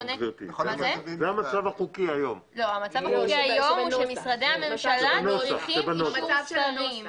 המצב החוקי היום הוא שמשרדי הממשלה צריכים אישור שרים.